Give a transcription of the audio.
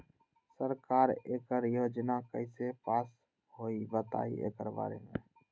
सरकार एकड़ योजना कईसे पास होई बताई एकर बारे मे?